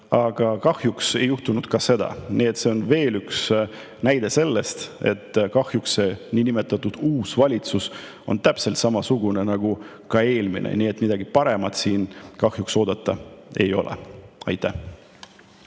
Aga kahjuks ei juhtunud ka seda. See on veel üks näide sellest, et see niinimetatud uus valitsus on täpselt samasugune nagu eelmine, nii et midagi paremat kahjuks oodata ei ole. Aitäh!